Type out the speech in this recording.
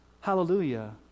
Hallelujah